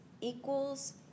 equals